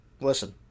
listen